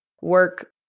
work